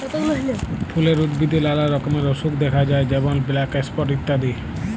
ফুলের উদ্ভিদে লালা রকমের অসুখ দ্যাখা যায় যেমল ব্ল্যাক স্পট ইত্যাদি